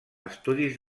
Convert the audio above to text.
estudis